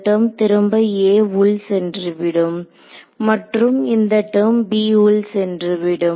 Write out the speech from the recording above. இந்த டெர்ம் திரும்ப A உள் சென்றுவிடும் மற்றும் இந்த டெர்ம் b உள் சென்று விடும்